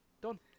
Done